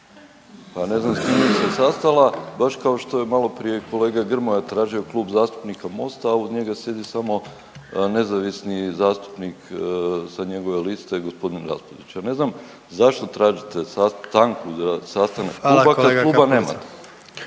pa ne znam s kim bi se sastala baš kao što je maloprije kolega Grmoja tražio Klub zastupnika Mosta, a uz njega sjedi samo nezavisni zastupnik sa njegove liste g. Raspudić. Ja ne znam zašto tražite stanku za sastanak kluba kad kluba nemate?